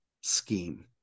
scheme